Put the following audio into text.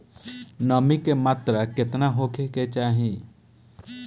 नमी के मात्रा केतना होखे के चाही?